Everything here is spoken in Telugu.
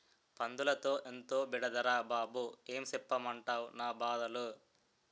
పందులతో ఎంతో బెడదరా బాబూ ఏం సెప్పమంటవ్ నా బాధలు